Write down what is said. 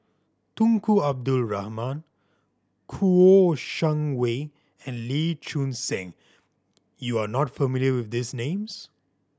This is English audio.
Tunku Abdul Rahman Kouo Shang Wei and Lee Choon Seng you are not familiar with these names